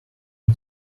him